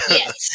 yes